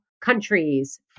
countries